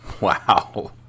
Wow